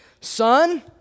Son